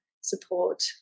support